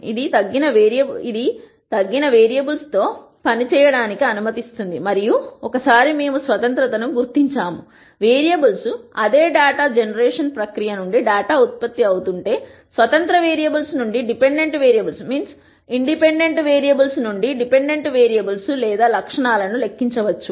ఇది తగ్గిన వేరియబుల్స్తో పని చేయడానికి అనుమతిస్తుంది మరియు ఒకసారి మేము స్వతంత్రత ను గుర్తించాము వేరియబుల్స్ అదే డేటా జనరేషన్ ప్రక్రియ నుండి డేటా ఉత్పత్తి అవుతుంటే స్వతంత్ర వేరియబుల్స్ నుండి డిపెండెంట్ వేరియబుల్స్ లేదా లక్షణాలను లెక్కించవచ్చు